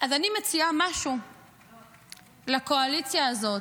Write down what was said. אז אני מציעה משהו לקואליציה הזאת,